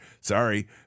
Sorry